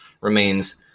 remains